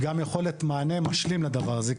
גם יכולת מענה משלים לדבר הזה.